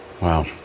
wow